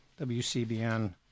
WCBN